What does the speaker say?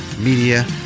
media